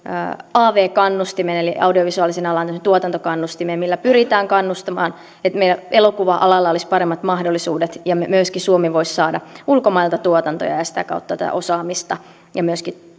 av kannustimen eli audiovisuaalisen alan tuotantokannustimen millä pyritään kannustamaan että meidän elokuva alalla olisi paremmat mahdollisuudet ja myöskin suomi voisi saada ulkomailta tuotantoja ja ja sitä kautta osaamista ja myöskin